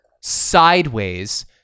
Sideways